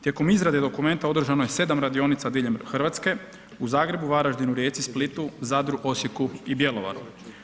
Tijekom izrade dokumenta održano je 7 radionica diljem Hrvatske, u Zagrebu, Varaždinu, Rijeci, Splitu, Zadru, Osijeku i Bjelovaru.